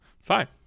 Fine